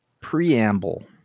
preamble